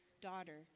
Daughter